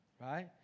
right